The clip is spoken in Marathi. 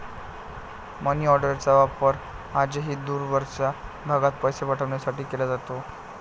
मनीऑर्डरचा वापर आजही दूरवरच्या भागात पैसे पाठवण्यासाठी केला जातो